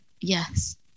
yes